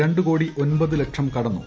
രണ്ട് കോടി ഒൻപത് ലക്ഷം കടന്നു